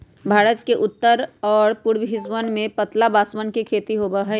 भारत के उत्तर और पूर्वी हिस्सवन में पतला बांसवन के खेती होबा हई